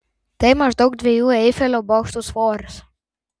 tai maždaug dviejų eifelio bokštų svoris